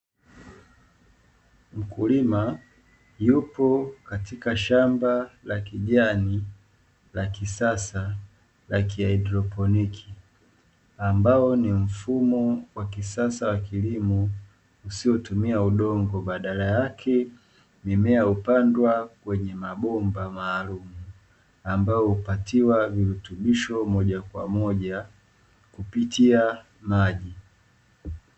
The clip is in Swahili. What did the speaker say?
Mkulima yupo katika shamba la kijani la kisasa la kihaidroponiki, ambao ni mfumo wa kisasa wa kilimo usiyotumia udongo badala yake mimea hupandwa kwenye mabomba maalumu ambayo hupatiwa virutubisho moja kwa moja kupitia maji.